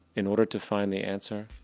in order to find the answer,